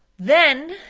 then,